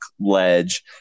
ledge